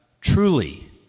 Truly